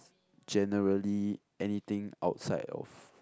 generally anything outside of